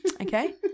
Okay